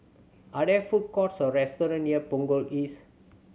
are there food courts or restaurant near Punggol East